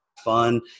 fun